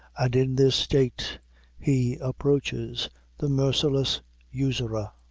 and in this state he approaches the merciless usurer.